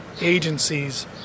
agencies